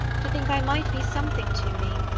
to think i might be something to thee,